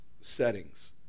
settings